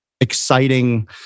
exciting